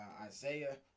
Isaiah